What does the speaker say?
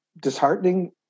disheartening